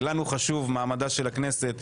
ולנו חשוב מעמדה של הכנסת,